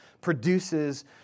produces